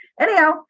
Anyhow